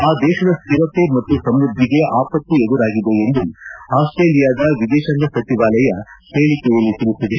ಆ ದೇಶದ ಸ್ಕಿರತೆ ಮತ್ತು ಸಮೃದ್ಧಿಗೆ ಆಪತ್ತು ಎದುರಾಗಿದೆ ಎಂದು ಆಸ್ಟೇಲಿಯಾದ ವಿದೇಶಾಂಗ ಸಚಿವಾಲಯ ಹೇಳಿಕೆಯಲ್ಲಿ ತಿಳಿಸಿದೆ